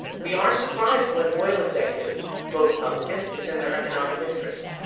we aren't surprised when oil executives vote republican. it's in their economic interest.